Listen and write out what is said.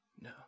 No